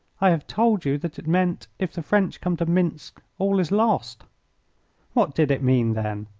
i have told you that it meant, if the french come to minsk all is lost what did it mean, then?